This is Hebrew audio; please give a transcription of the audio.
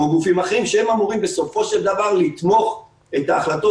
כמו גופים אחרים שאמורים בסופו של דבר לתמוך את ההחלטות